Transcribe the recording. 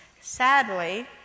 Sadly